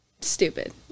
stupid